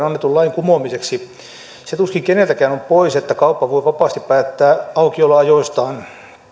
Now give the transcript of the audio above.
annetun lain kumoamiseksi se tuskin keneltäkään on pois että kauppa voi vapaasti päättää aukioloajoistaan